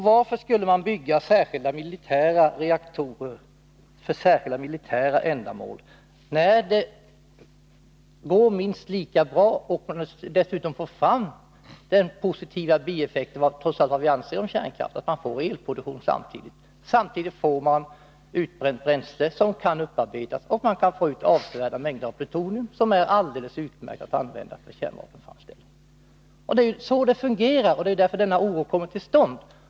Varför skulle man bygga särskilda militära reaktorer för militära ändamål? Det går ju minst lika bra med reaktorer för civila ändamål, där man får fram positiva effekter — trots vad vi anser om kärnkraft — i form av elproduktion men samtidigt får utbränt bränsle, som kan upparbetas. Därmed kan man få avsevärda mängder plutonium, som det går alldeles utmärkt att använda för kärnvapenframställning. Det är så det fungerar, och därför har denna oro uppstått.